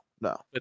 no